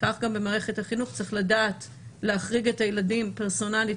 כך גם במערכת החינוך צריך לדעת להחריג את הילדים פרסונלית,